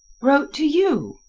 wrote to you?